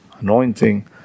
Anointing